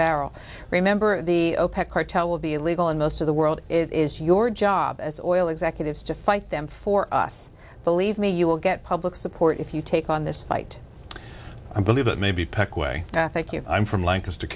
barrel remember the opec cartel will be illegal in most of the world it is your job as oil executives to fight them for us believe me you will get public support if you take on this fight i believe it may be pec way thank you i'm from lancaster